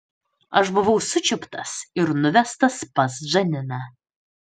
aš buvau sučiuptas ir nuvestas pas džaniną